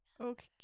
Okay